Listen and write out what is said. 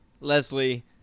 Leslie